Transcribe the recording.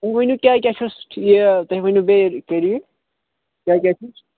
ؤنِو کیٛاہ کیٛاہ چھُس یہِ تُہۍ ؤنِو بیٚیہِ کیٛاہ کیٛاہ چھُس